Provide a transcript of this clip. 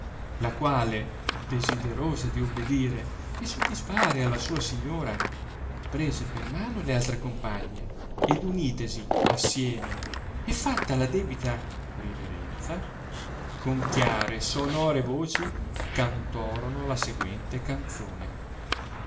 la quale desiderosa di ubidire e sodisfare alla sua signora prese per mano le altre compagne ed unitesi assieme e fatta la debita riverenza con chiare e sonore voci cantorono la seguente canzone